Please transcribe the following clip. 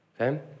okay